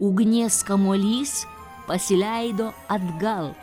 ugnies kamuolys pasileido atgal